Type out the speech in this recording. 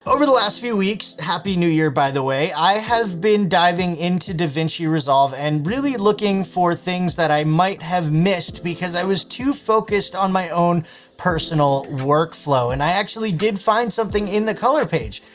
over the last few weeks, happy new year, by the way, i have been diving into davinci resolve and really looking for things that i might have missed because i was too focused on my own personal workflow. and i actually did find something in the color page,